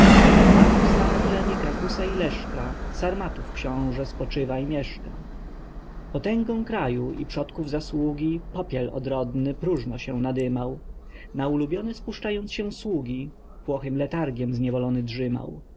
tam znane plemie krakusa i leszka sarmatów xiąże spoczywa i mieszka potęgą kraju i przodków zasługi popiel odrodny próżno się nadymał na ulubione spuszczając się sługi płochym letargiem zniewolony drzymał